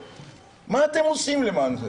מה אתם עושים למען זה?